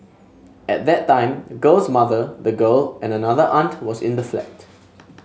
at that time the girl's mother the girl and another aunt was in the flat